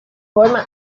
forma